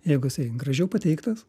jeigu jisai gražiau pateiktas